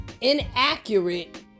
inaccurate